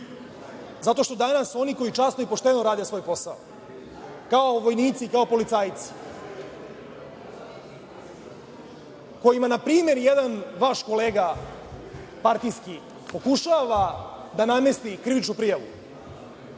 Zato što danas oni koji časno i pošteno rade svoj posao, kao vojnici, kao policajci, kojima na primer jedan vaš kolega partijski pokušava da namesti krivičnu prijavu